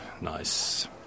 nice